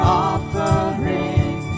offering